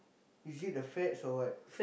is it the fats or what